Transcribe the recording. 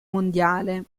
mondiale